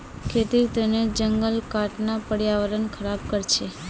खेतीर तने जंगल काटना पर्यावरण ख़राब कर छे